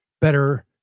better